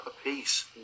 apiece